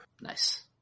Nice